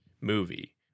movie